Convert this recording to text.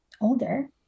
older